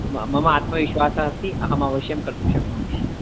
म मम आत्मविश्वासः अस्ति अहमवश्यं कर्तुं शक्नोमि